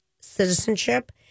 citizenship